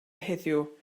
heddiw